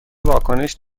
واکنش